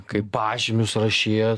kaip pažymius rašyt